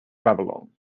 babylon